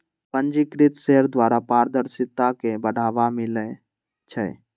पंजीकृत शेयर द्वारा पारदर्शिता के बढ़ाबा मिलइ छै